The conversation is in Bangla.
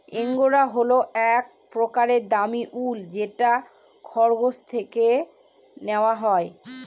এঙ্গরা হল এক প্রকার দামী উল যেটা খরগোশ থেকে নেওয়া হয়